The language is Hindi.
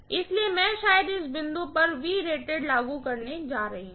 इसलिए मैं शायद इस बिंदु पर लागू करने जा रही हूँ